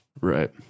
Right